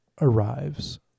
arrives